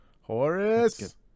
Horace